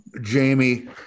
Jamie